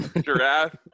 Giraffe